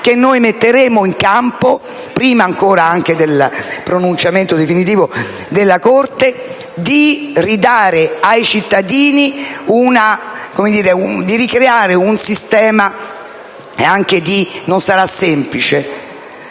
che noi metteremo in campo, prima del pronunciamento definitivo della Corte, per ricreare, anche se non sarà semplice,